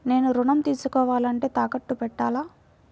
నేను ఋణం తీసుకోవాలంటే తాకట్టు పెట్టాలా?